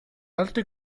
alto